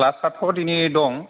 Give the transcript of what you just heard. क्लासआथ' दिनै दं